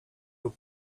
lub